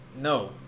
No